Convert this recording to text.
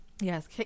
Yes